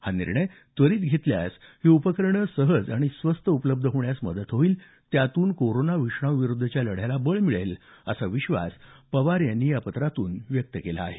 हा निर्णय त्वरीत घेतल्यास ही उपकरणं सहज आणि स्वस्त उपलब्ध होण्यास मदत होईल त्यातून कोरोना विषाणूविरुद्धच्या लढ्याला बळ मिळेल असा विश्वास पवार यांनी या पत्रात व्यक्त केला आहे